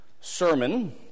sermon